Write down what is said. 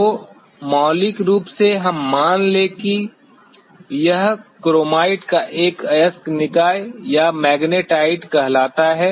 तो मौलिक रूप से हम मान लें कि यह क्रोमाइट का एक अयस्क निकाय या मैग्नेटाइट कहलाता है